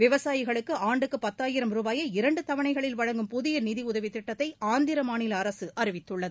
விவசாயிகளுக்கு ஆண்டுக்கு பத்தாயிரம் ரூபாயை இரண்டு தவணைகளில் வழங்கும் புதிய நிதியுதவி திட்டத்தை ஆந்திர மாநில அரசு அறிவித்துள்ளது